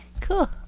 cool